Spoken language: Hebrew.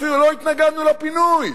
אפילו לא התנגדנו לפינוי.